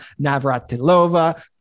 Navratilova